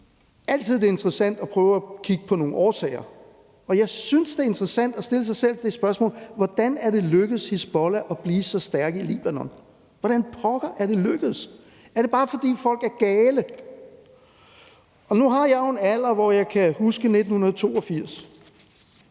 altid, det er interessant at prøve at kigge på nogle årsager, og jeg synes, det er interessant at stille sig selv det spørgsmål, hvordan det er lykkedes Hizbollah at blive så stærke i Libanon. Hvordan pokker er det lykkedes dem? Er det bare, fordi folk er gale? Nu har jeg jo en alder, hvor jeg kan huske 1982